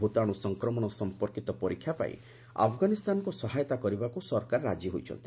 ଭୂତାଣୁ ସଂକ୍ରମଣ ସମ୍ଭନ୍ଧୀୟ ପରୀକ୍ଷା ପାଇଁ ଆଫଗାନିସ୍ତାନକୁ ସହାୟତା କରିବାକୁ ସରକାର ରାଜି ହୋଇଛନ୍ତି